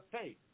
faith